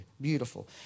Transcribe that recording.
beautiful